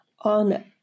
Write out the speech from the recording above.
on